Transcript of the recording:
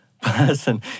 person